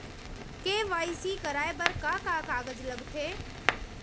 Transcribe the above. KYC कराये बर का का कागज लागथे?